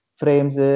frames